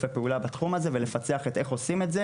הפעולה בתחום הזה ולפצח את איך עושים את זה.